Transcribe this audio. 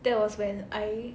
that was when I